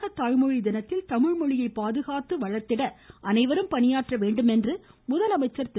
உலக தாய்மொழி தினத்தில் தமிழ்மொழியை பாதுகாத்து வளர்த்திட அனைவரும் பணியாற்ற வேண்டும் என்று முதலமைச்சர் திரு